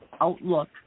outlook